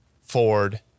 Ford